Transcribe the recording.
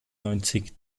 neunzig